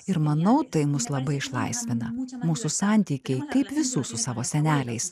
ir manau tai mus labai išlaisvina mūsų santykiai kaip visų su savo seneliais